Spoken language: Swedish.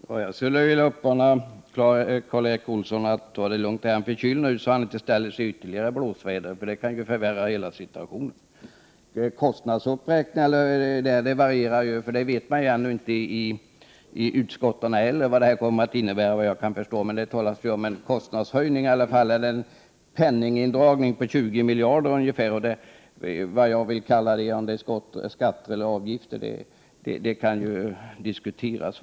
Herr talman! Jag skulle vilja uppmana Karl Erik Olsson att ta det lugnt nu när han är förkyld så att han inte ställer sig i mera blåsväder, för det kan förvärra situationen. Kostnadsuppräkningarna varierar ju. Man vet ännu inte i utskotten heller vad det hela kommer att innebära. Men man talar i varje fall om kostnadshöjningar, eller en penningindragning på ungefär 20 miljarder. Om vi skall kalla det skatt eller avgift kan ju diskuteras.